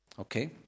Okay